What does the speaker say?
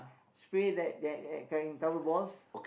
spray that that that can cover balls